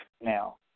now